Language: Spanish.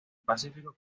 pacífico